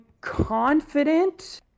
confident